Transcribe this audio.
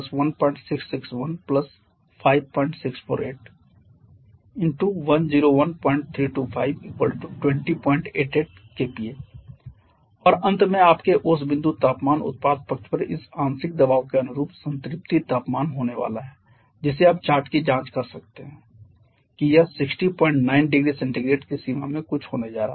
Pvproduct166075166156481013252088 kPa और अंत में आपके ओस बिंदु तापमान उत्पाद पक्ष पर इस आंशिक दबाव के अनुरूप संतृप्ति तापमान होने वाला है जिसे आप चार्ट की जांच कर सकते हैं कि यह 609 0C की सीमा में कुछ होने जा रहा है